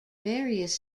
various